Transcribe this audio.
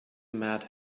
mad